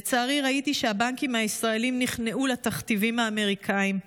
לצערי ראיתי שהבנקים הישראליים נכנעו לתכתיבים האמריקאיים,